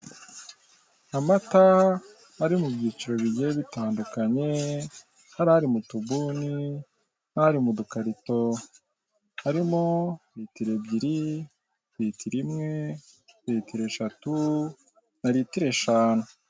Amata ari mubyiciro bigiye bitandukanye hari ari m'utubuni nari m'udukarito harimo ritiro ebyiri ritiro imwe ritiro eshatu na ritiro eshanu.